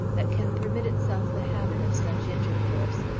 that can permit itself the habit of such intercourse,